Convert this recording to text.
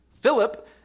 Philip